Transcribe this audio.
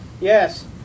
Yes